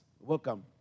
Welcome